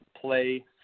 play